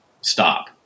stop